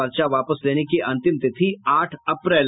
पर्चा वापस लेने की अंतिम तिथि आठ अप्रैल